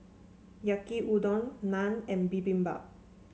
Yaki Udon Naan and Bibimbap